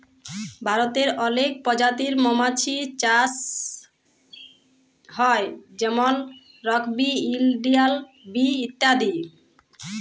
ভারতে অলেক পজাতির মমাছির চাষ হ্যয় যেমল রক বি, ইলডিয়াল বি ইত্যাদি